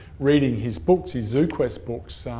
reading his books, his zoo quest books,